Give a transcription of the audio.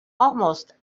almost